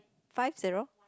five zero